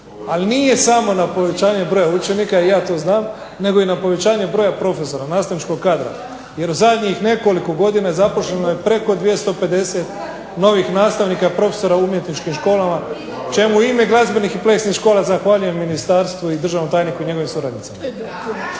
ali nije samo na povećanje broja učenika ja to znam, nego i na povećanje broja nastavničkog kadra, jer zadnjih nekoliko godina zaposleno je preko 250 novih nastavnika, profesora u umjetničkim školama, čemu u ime glazbenih i plesnih škola zahvaljujem ministarstvu i državnom tajniku i njegovim suradnicima.